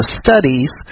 studies